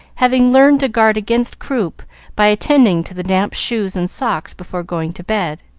having learned to guard against croup by attending to the damp shoes and socks before going to bed.